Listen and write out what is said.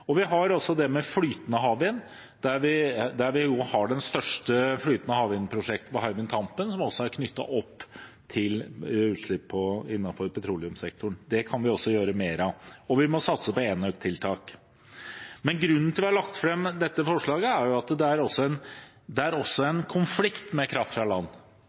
det gjelder flytende havvind, har vi det største flytende havvind-prosjektet på Hywind Tampen, som også er knyttet opp til utslipp innenfor petroleumssektoren. Det kan vi gjøre mer av, og vi må satse på enøk-tiltak. Grunnen til at vi har lagt fram dette forslaget, er at det også er en konflikt med kraft fra land.